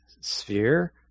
sphere